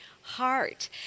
heart